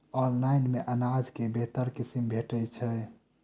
Online मे अनाज केँ बेहतर किसिम भेटय छै?